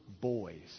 boys